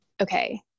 okay